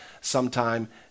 sometime